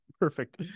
Perfect